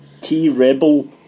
T-Rebel